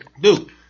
Dude